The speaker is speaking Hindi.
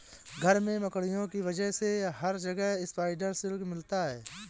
घर में मकड़ियों की वजह से हर जगह स्पाइडर सिल्क मिलता है